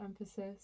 emphasis